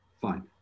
fine